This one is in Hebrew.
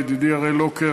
ידידי הראל לוקר,